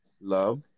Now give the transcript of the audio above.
love